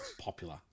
popular